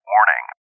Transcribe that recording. Warning